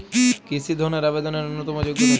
কৃষি ধনের আবেদনের ন্যূনতম যোগ্যতা কী?